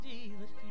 Jesus